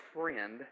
friend